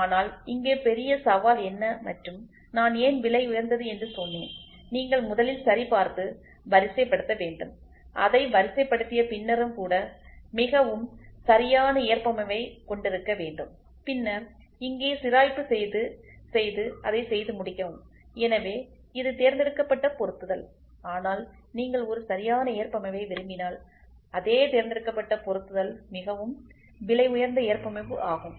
ஆனால் இங்கே பெரிய சவால் என்ன மற்றும் நான் ஏன் விலை உயர்ந்தது என்று சொன்னேன் நீங்கள் முதலில் சரிபார்த்து வரிசைப்படுத்த வேண்டும் அதை வரிசைப்படுத்திய பின்னரும் கூட மிகவும் சரியான ஏற்பமைவை கொண்டிருக்க வேண்டும் பின்னர் இங்கே சிராய்ப்பு செய்து செய்து அதைச் செய்து முடிக்கவும் எனவே இது தேர்ந்தெடுக்கப்பட்ட பொருத்துதல்ஆனால் நீங்கள் ஒரு சரியான ஏறபமைவை விரும்பினால் அதே தேர்ந்தெடுக்கப்பட்ட பொருத்துதல் மிகவும் விலையுயர்ந்த ஏற்பமைவு ஆகும்